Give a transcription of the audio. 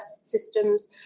systems